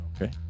okay